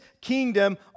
kingdom